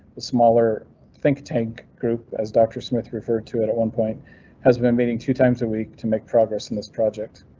the smaller think tank group as doctor smith referred to it at one point has been meeting two times a week to make progress in this project.